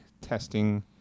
testing